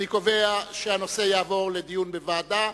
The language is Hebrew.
אני קובע שהנושא יעבור לדיון בוועדה.